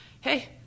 hey